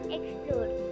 Explore